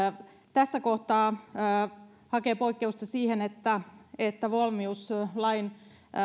tässä kohtaa hakee poikkeusta siihen että että valmiuslain